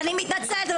אני מתנצלת,